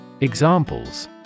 Examples